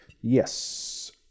Yes